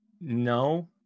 no